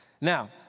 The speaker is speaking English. Now